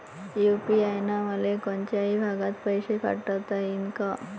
UPI न कोनच्याही भागात पैसे पाठवता येईन का?